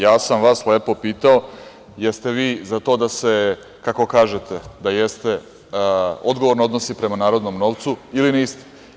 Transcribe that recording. Ja sam vas lepo pitao da li ste vi za to da se, kako kažete da jeste, odgovorno odnosi prema narodnom novcu ili niste?